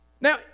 Now